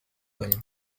کنیم